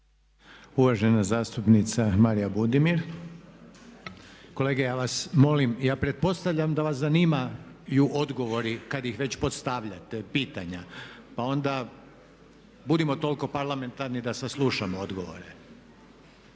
Uvažena zastupnica Marija Budimir. Kolege, ja vas molim, ja pretpostavljam da vas zanimaju odgovori kad ih već postavljate, pitanja pa onda budimo toliko parlamentarni da saslušamo odgovore.